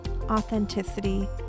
authenticity